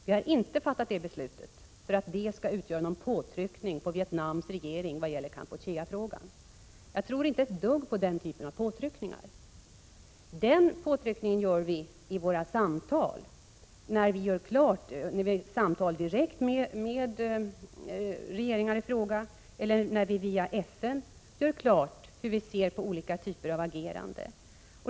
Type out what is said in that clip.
Vi har inte fattat det beslutet för att det skall utgöra någon påtryckning på Vietnams regering i vad gäller Kampucheafrågan. Jag tror inte ett dugg på den typen av biståndspåtryckningar. Sådana påtryckningar gör vi vid våra samtal direkt med regeringar i fråga eller när vi via FN gör klart hur vi ser på olika typer av agerande.